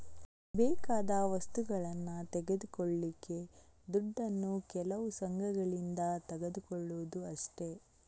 ಬೇಕಾದ ವಸ್ತುಗಳನ್ನ ತೆಗೆದುಕೊಳ್ಳಿಕ್ಕೆ ದುಡ್ಡನ್ನು ಕೆಲವು ಸಂಘಗಳಿಂದ ತಗೊಳ್ಳುದು ಅಷ್ಟೇ